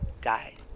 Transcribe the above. die